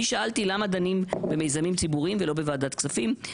שאלתי למה דנים בזה בוועדת מיזמים ציבוריים ולא בוועדת כספים,